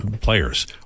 players